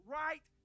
right